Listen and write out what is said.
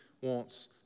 wants